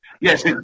Yes